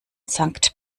sankt